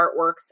artworks